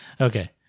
Okay